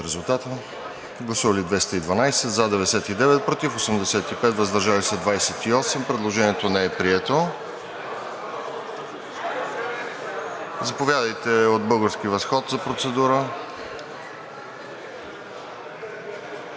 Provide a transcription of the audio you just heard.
представители: за 99, против 85, въздържали се 28. Предложението не е прието. Заповядайте от „Български възход“ за процедура.